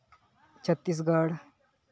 Chhattisgarh